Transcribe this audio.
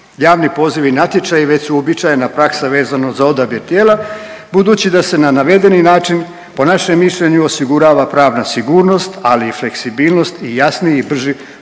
Javni pozivi i natječaji već su uobičajena praksa vezana za odabir tijela budući da se na navedeni način po našem mišljenju osigurava pravna sigurnost, ali i fleksibilnost i jasniji i brži